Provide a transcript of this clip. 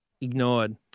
ignored